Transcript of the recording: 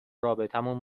رابطمون